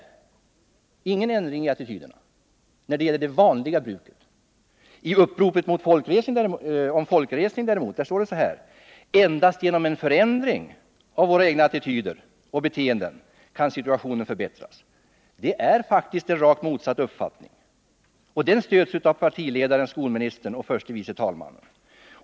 Jo, det innebär ingen ändring av attityderna när det gäller det vanliga bruket. I uppropet om folkresning mot alkohol står det däremot: ”Endast genom en förändring av våra egna attityder och beteenden kan situationen förbättras.” Det är faktiskt rakt motsatt uppfattning, och den stöds äv partiledaren, skolministern och förste vice talmannen.